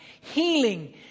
healing